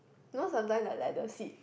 know sometimes like leather seat